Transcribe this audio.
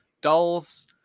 dolls